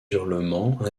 hurlements